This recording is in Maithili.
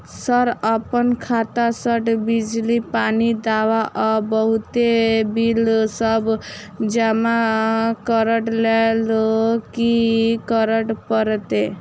सर अप्पन खाता सऽ बिजली, पानि, दवा आ बहुते बिल सब जमा करऽ लैल की करऽ परतै?